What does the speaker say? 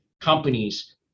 companies